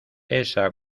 esa